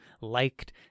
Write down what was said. liked